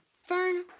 fern,